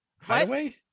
Highway